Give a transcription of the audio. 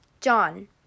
John